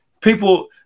People